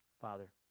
Father